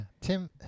Tim